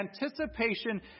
anticipation